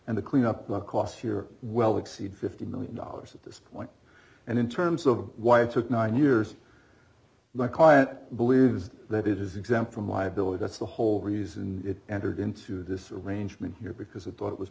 and the cleanup costs you're well exceed fifty million dollars at this point and in terms of why it took nine years my client believes that it is exempt from liability that's the whole reason it entered into this arrangement here because i